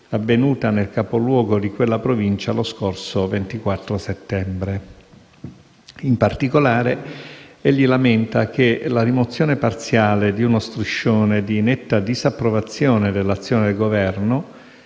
avvenuta nel capoluogo di quella provincia lo scorso 24 settembre. In particolare, egli lamenta che la rimozione parziale di uno striscione di netta disapprovazione dell'azione del Governo,